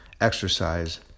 exercise